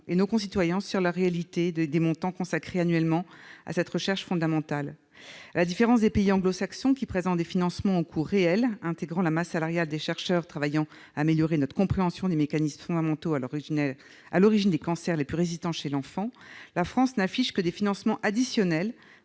et nos concitoyens sur la réalité des montants consacrés annuellement à cette recherche fondamentale. À la différence des pays anglo-saxons, qui présentent des financements au coût réel, intégrant la masse salariale des chercheurs travaillant à améliorer notre compréhension des mécanismes fondamentaux à l'origine des cancers les plus résistants chez l'enfant, la France n'affiche que des financements additionnels